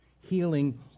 healing